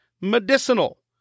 medicinal